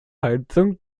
heizung